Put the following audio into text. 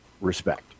Respect